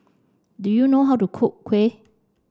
do you know how to cook Kuih